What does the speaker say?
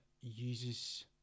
uses